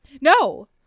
no